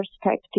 perspective